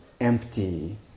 empty